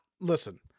listen